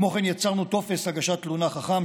כמו כן יצרנו טופס הגשת תלונה חכם,